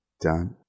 Done